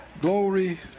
Glory